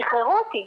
שיחררו אותי',